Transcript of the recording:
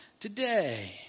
today